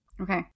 Okay